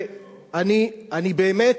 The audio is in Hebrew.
אני באמת,